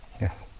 Yes